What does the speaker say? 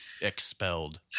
expelled